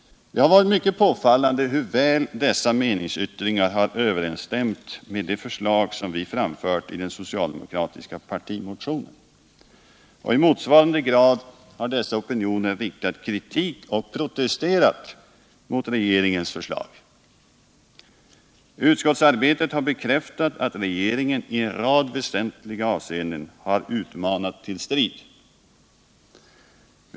Det har varit mycket påfallande hur väl dessa meningsyttringar har överensstämt med de förslag som vi framfört i den socialdemokratiska partimotionen. I motsvarande grad har de riktat kritik och protesterat mot regeringens förslag. Utskottsarbetet har bekräftat att regeringen i en rad väsentliga avseenden har utmanat till strid.